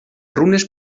runes